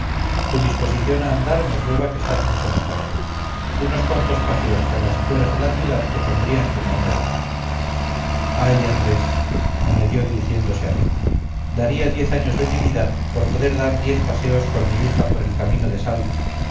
tu disposición a andar me prueba que estás mucho mejor unos cuantos paseos por las afueras de la ciudad te pondrían como nueva ay andrés añadió dirigiéndose a mí daría diez años de mi vida por poder dar diez paseos con mi hija por el camino de salt